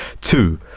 Two